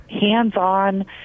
hands-on